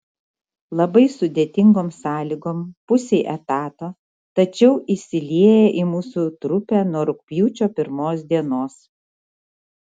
labai sudėtingom sąlygom pusei etato tačiau įsilieja į mūsų trupę nuo rugpjūčio pirmos dienos